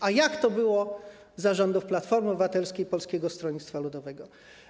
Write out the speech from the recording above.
A jak to było za rządów Platformy Obywatelskiej i Polskiego Stronnictwa Ludowego?